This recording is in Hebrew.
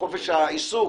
חופש העיסוק,